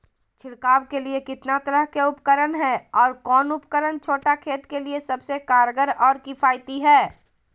छिड़काव के लिए कितना तरह के उपकरण है और कौन उपकरण छोटा खेत के लिए सबसे कारगर और किफायती है?